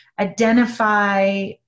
identify